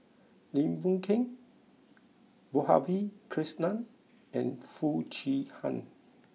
Lim Boon Keng Madhavi Krishnan and Foo Chee Han